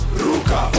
ruka